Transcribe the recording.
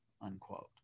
unquote